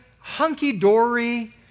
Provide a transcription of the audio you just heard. hunky-dory